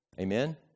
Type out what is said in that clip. Amen